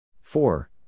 four